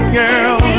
girl